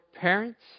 parents